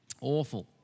Awful